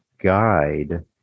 guide